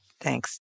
thanks